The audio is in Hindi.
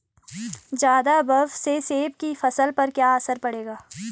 ज़्यादा बर्फ से सेब की फसल पर क्या असर पड़ेगा?